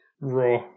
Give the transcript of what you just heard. Raw